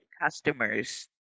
customers